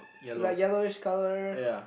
like yellow each colour